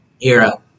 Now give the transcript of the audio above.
era